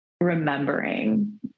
remembering